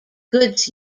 goods